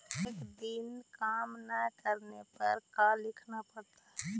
एक दिन काम न करने पर का लिखना पड़ता है?